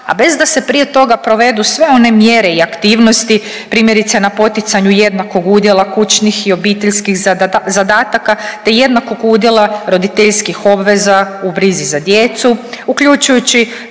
a bez da se prije toga provedu sve one mjere i aktivnosti, primjerice na poticanju jednakog udjela kućnih i obiteljskih zadataka, te jednakog udjela roditeljskih obveza u brizi za djecu uključujući